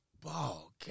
ball